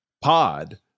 pod